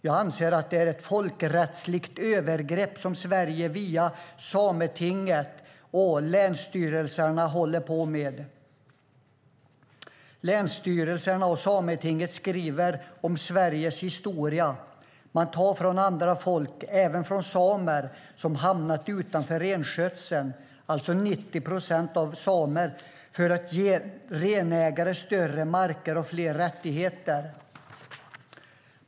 Jag anser att det är ett folkrättsligt övergrepp som Sverige via Sametinget och länsstyrelserna håller på med. Länsstyrelserna och Sametinget skriver om Sveriges historia. Man tar från andra folk, även från samer som har hamnat utanför renskötseln, alltså 90 procent av samerna, för att ge renägare större marker och fler rättigheter.